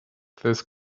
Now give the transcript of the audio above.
this